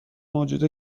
موجود